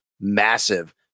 Massive